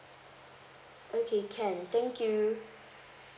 okay can thank you